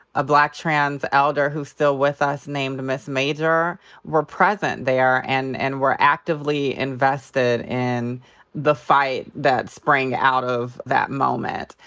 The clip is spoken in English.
a black trans elder who's still with us named miss major were present there and and were actively invested in the fight that sprang out of that moment.